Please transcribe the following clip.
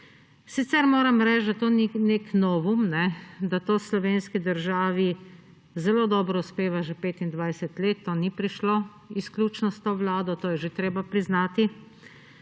Sicer moram reči, da to ni nek novum, da to slovenski državi zelo dobro uspeva že 25 let, pa to ni prišlo izključno s to vlado, to je že treba priznati,